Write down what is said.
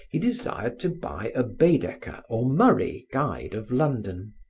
he desired to buy a baedeker or murray guide of london.